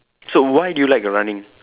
so why do you like running